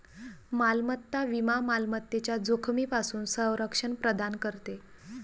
मालमत्ता विमा मालमत्तेच्या जोखमीपासून संरक्षण प्रदान करते